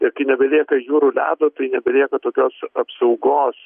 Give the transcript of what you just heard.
ir kai nebelieka jūrų ledo tai nebelieka tokios apsaugos